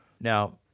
Now